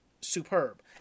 superb